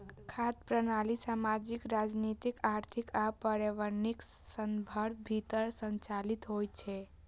खाद्य प्रणाली सामाजिक, राजनीतिक, आर्थिक आ पर्यावरणीय संदर्भक भीतर संचालित होइ छै